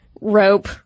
rope